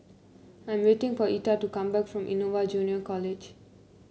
I'm waiting for Etha to come back from Innova Junior College